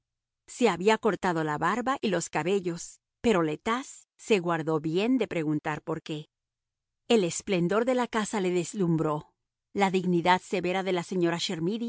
se había cortado la barba y los cabellos pero le tas se guardó bien de preguntarle por qué el esplendor de la casa lo deslumbró la dignidad severa de la señora